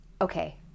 Okay